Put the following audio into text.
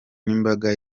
n’imbaga